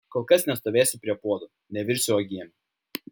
kol kas nestovėsiu prie puodų nevirsiu uogienių